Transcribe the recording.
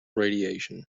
radiation